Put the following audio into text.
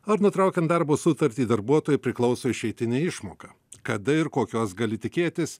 ar nutraukiant darbo sutartį darbuotojui priklauso išeitinė išmoka kada ir kokios gali tikėtis